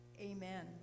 amen